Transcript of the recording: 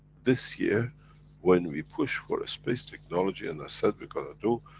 this year when we push for a space technology and i said we gonna do,